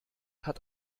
hat